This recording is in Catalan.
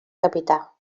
capità